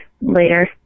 later